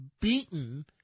beaten